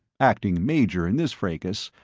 acting major, in this fracas,